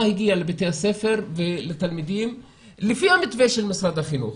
מה הגיע לבתי הספר ולתלמידים לפי המתווה של משרד החינוך?